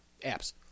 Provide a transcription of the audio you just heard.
apps